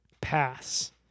pass